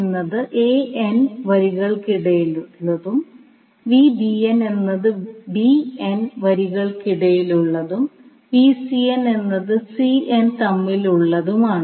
എന്നത് a n വരികൾക്കിടയിലുള്ളതും എന്നത് b n വരികൾക്കിടയിലുള്ളതും എന്നത് c n തമ്മിലുള്ളതും ആണ്